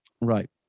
Right